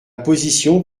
position